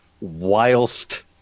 whilst